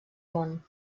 món